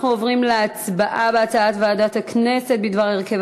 אנחנו עוברים להצבעה על הצעת ועדת הכנסת בדבר הרכב